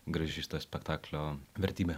graži šito spektaklio vertybė